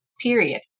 period